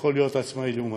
יכול להיות עצמאי לעומתי,